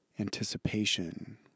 anticipation